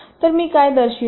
तर मी काय दर्शवित आहे